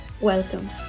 Welcome